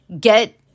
Get